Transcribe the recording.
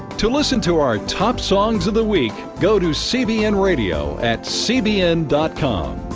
to listen to our top songs of the week go to cbn radio at cbn com.